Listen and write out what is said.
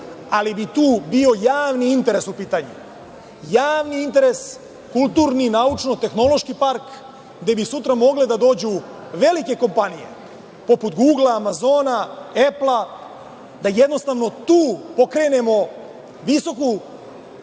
ali bi tu bio javni interes u pitanju, javni interes kulturni, naučno-tehnološki park gde bi sutra mogle da dođu velike kompanije, poput „Gugla“, „Amazona“, „Epla“, da jednostavno tu pokrenemo visoku